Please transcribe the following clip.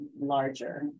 larger